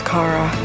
Kara